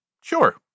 Sure